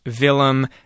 Willem